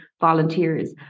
volunteers